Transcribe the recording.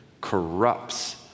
corrupts